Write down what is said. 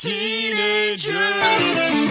Teenagers